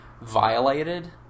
violated